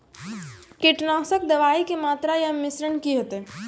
कीटनासक दवाई के मात्रा या मिश्रण की हेते?